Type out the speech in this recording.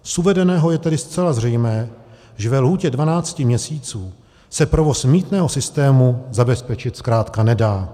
Z uvedeného je tedy zcela zřejmé, že ve lhůtě dvanácti měsíců se provoz mýtného systému zabezpečit zkrátka nedá.